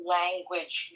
language